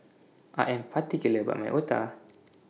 I Am particular about My Otah